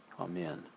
Amen